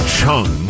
Chung